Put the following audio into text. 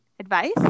advice